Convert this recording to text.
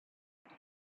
then